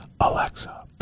Alexa